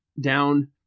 down